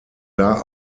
war